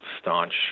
staunch